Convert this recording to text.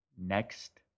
Next